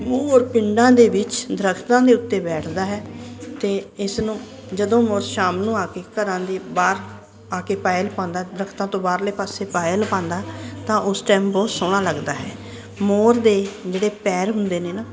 ਮੋਰ ਪਿੰਡਾਂ ਦੇ ਵਿੱਚ ਦਰੱਖਤਾਂ ਦੇ ਉੱਤੇ ਬੈਠਦਾ ਹੈ ਤੇ ਇਸ ਨੂੰ ਜਦੋਂ ਸ਼ਾਮ ਨੂੰ ਆ ਕੇ ਘਰਾਂ ਦੇ ਬਾਹਰ ਆ ਕੇ ਪਾਇਲ ਪਾਉਂਦਾ ਦਰਖਤ ਤੋਂ ਬਾਹਰਲੇ ਪਾਸੇ ਪਾਇਲ ਪਾਉਂਦਾ ਤਾਂ ਉਸ ਟਾਈਮ ਬਹੁਤ ਸੋਹਣਾ ਲੱਗਦਾ ਹੈ ਮੋਰ ਦੇ ਜਿਹੜੇ ਪੈਰ ਹੁੰਦੇ ਨੇ ਨਾ